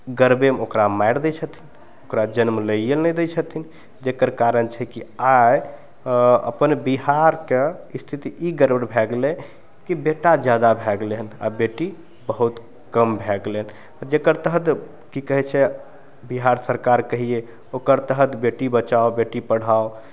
गर्भेमे ओकरा मारि दै छथिन ओकरा जन्म लइए नहि दै छथिन जकर कारण छै कि आइ अपन बिहारके स्थिति ई गड़बड़ भए गेलय कि बेटा जादा भए गेलय हन आओर बेटी बहुत कम भए गेलय हन जकर तहत की कहय छै बिहार सरकार कहियै ओकर तहत बेटी बचाओ बेटी पढ़ाओ